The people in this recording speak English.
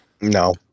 No